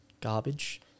garbage